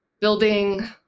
building